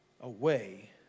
away